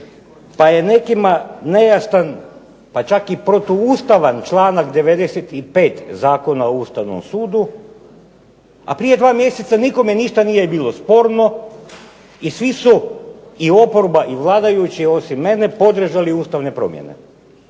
pa je nekima nejasan, pa čak i protu ustavan članak 95. Zakona o Ustavnom sudu, a prije dva mjeseca nikome ništa nije bilo sporno i svi su i oporba i vladajući osim mene podržali ustavne promjene.